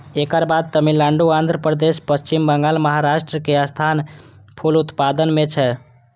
एकर बाद तमिलनाडु, आंध्रप्रदेश, पश्चिम बंगाल, महाराष्ट्रक स्थान फूल उत्पादन मे छै